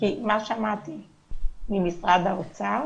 מה שמעתי ממשרד האוצר